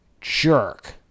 jerk